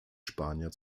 spanier